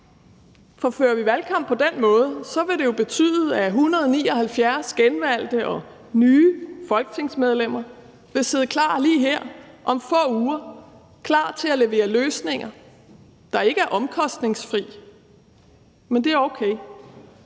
For fører vi valgkamp på den måde, vil det jo betyde, at 179 genvalgte og nyvalgte folketingsmedlemmer vil sidde klar lige her om få uger til at levere løsninger, der ikke er omkostningsfrie; men det er okay,